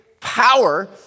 Power